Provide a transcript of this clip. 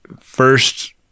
first